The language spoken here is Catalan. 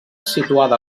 situada